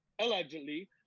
allegedly